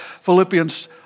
Philippians